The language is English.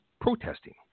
protesting